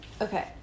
okay